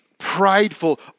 prideful